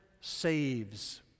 saves